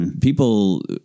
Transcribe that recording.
people